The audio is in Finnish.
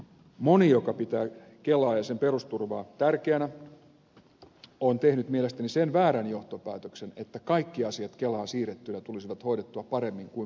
moni joka pitää kelaa ja sen perusturvaa tärkeänä on tehnyt mielestäni sen väärän johtopäätöksen että kaikki asiat kelaan siirrettynä tulisivat hoidettua paremmin kuin muualla tehtynä